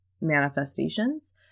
manifestations